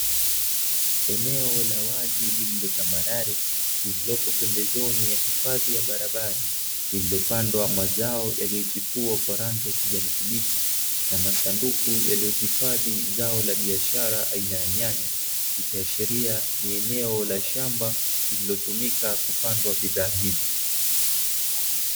Eneo la wazi lililo tambararelililopo pembezoni ya hifadhi ya barabara, iliyopandwa mazao yaliyochipua kwa rangi ya kijani kibichi, na masanduku yaliyohifadhi zao la biashara aina ya nyanya ikiashiria ni eneo la shamba lililotumika kupandwa bidhaa hizo.